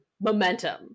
momentum